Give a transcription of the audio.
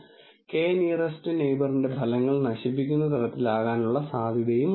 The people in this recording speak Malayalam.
മെട്രിക്കുകളും ആ മെട്രിക്കിന്റെ വിവിധ തലത്തിലുള്ള സംതൃപ്തിയും അവരുടെ പക്കലുള്ളത് ശരിയും തെറ്റും ആണെന്ന് ബോധ്യപ്പെടണം